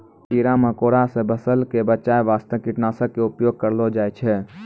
कीड़ा मकोड़ा सॅ फसल क बचाय वास्तॅ कीटनाशक के उपयोग करलो जाय छै